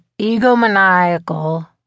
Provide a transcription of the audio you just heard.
egomaniacal